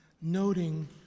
noting